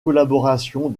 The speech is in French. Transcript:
collaboration